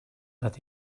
that